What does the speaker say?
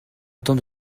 temps